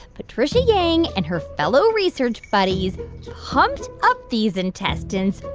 patricia yang and her fellow research buddies pumped up these intestines,